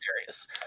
serious